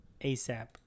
asap